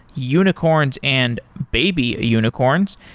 unicorns and baby unicorns.